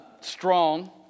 strong